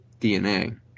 DNA